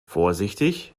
vorsichtig